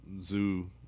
Zoo